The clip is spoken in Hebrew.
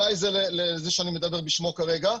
אלי זה, זה שאני מדבר בשמו כרגע.